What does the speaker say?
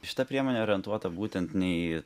šita priemonė orientuota būtent ne į